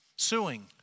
suing